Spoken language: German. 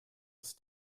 ist